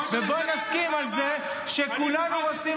אתה טועה --- ובוא נסכים על זה שכולנו רוצים